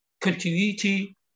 continuity